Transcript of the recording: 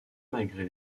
malgré